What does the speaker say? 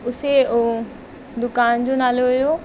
उसे उहो दुकान जो नालो हुओ